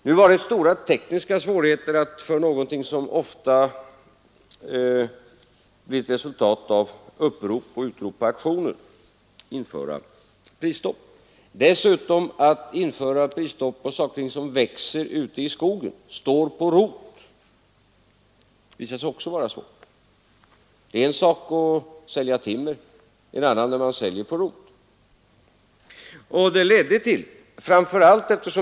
Nu var det stora tekniska svårigheter förknippade med att för någonting som ofta blir ett resultat av utrop på auktioner införa prisstopp. Att införa prisstopp på saker och ting som växer ute i skogen, som står på rot, visar sig också vara svårt. Det är en sak att sälja timmer, en annan att sälja på rot.